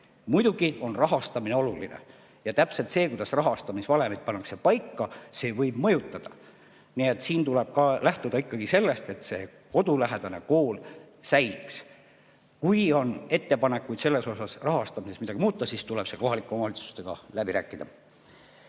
Muidugi on rahastamine oluline ja see, kuidas rahastamisvalemid paika pannakse, võib mõjutada. Nii et siin tuleb lähtuda ikkagi sellest, et kodulähedane kool säiliks. Kui on ettepanekuid siin rahastamises midagi muuta, siis tuleb see kohalike omavalitsustega läbi rääkida.